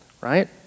right